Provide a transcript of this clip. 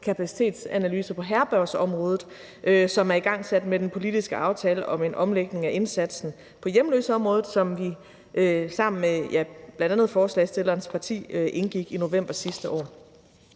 kapacitetsanalyse på herbergsområde, som er igangsat med den politiske aftale om en omlægning af indsatsen på hjemløseområdet, som vi sammen med bl.a. forslagsstillernes parti indgik i november sidste år.